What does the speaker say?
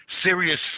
serious